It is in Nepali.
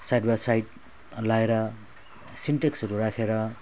साइड बाइ साइड ल्याएर सिन्टेक्सहरू राखेर